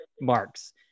marks